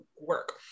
work